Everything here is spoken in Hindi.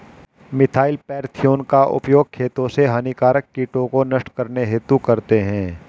मिथाइल पैरथिओन का उपयोग खेतों से हानिकारक कीटों को नष्ट करने हेतु करते है